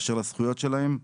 ובאשר לזכויות שלהם.